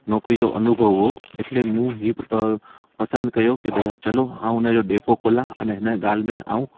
नौकिरी जो अनुभव हो एटले मूं ही पसंदि कयो के भई चलो अऊं उनजो डेपो खोला अने हिन ॻाल्हि में मां